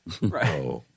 Right